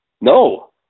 No